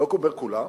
אני לא אומר כולם,